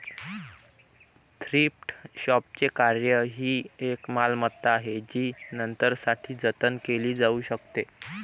thrift शॉपचे कार्य ही एक मालमत्ता आहे जी नंतरसाठी जतन केली जाऊ शकते